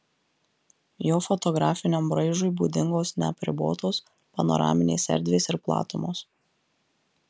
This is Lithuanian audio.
jo fotografiniam braižui būdingos neapribotos panoraminės erdvės ir platumos